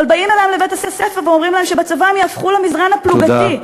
אבל באים אליהן לבית-הספר ואומרים להן שבצבא הן יהפכו למזרן הפלוגתי.